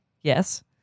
Yes